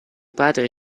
padre